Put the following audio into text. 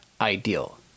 ideal